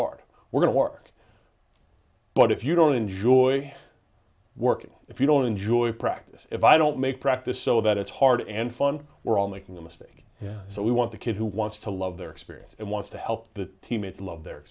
hard we're going to work but if you don't enjoy working if you don't enjoy practice if i don't make practice so that it's hard and fun we're all making a mistake so we want the kid who wants to love their experience and wants to help the teammates love the